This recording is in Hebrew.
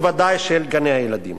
בוודאי של גני-הילדים,